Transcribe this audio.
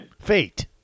fate